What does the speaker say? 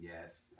yes